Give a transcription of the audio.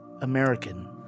American